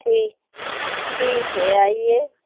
ठीक ठीक है आइए